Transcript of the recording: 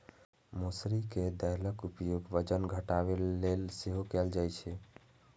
मौसरी के दालिक उपयोग वजन घटाबै लेल सेहो कैल जाइ छै